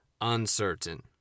uncertain